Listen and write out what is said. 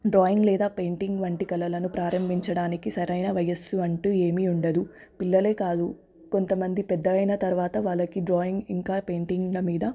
drawing లేదా painting వంటి కలలను ప్రారంభించడానికి సరైన వయస్సు అంటూ ఏమీ ఉండదు పిల్లలే కాదు కొంత మంది పెద్దయైన తరువాత వాళ్ళకి డ్రాయింగ్ ఇంకా పెయింటింగుల మీద